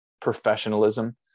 professionalism